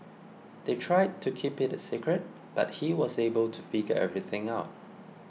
they tried to keep it a secret but he was able to figure everything out